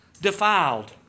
defiled